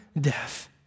death